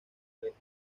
lejos